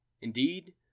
Indeed